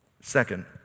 Second